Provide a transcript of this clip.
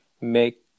make